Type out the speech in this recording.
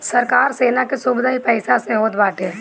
सरकार सेना के सुविधा इ पईसा से होत बाटे